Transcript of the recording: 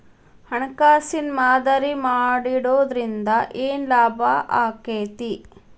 ಹಣ್ಕಾಸಿನ್ ಮಾದರಿ ಮಾಡಿಡೊದ್ರಿಂದಾ ಏನ್ ಲಾಭಾಕ್ಕೇತಿ?